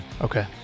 okay